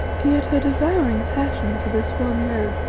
yet her devouring passion for this one man,